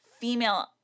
female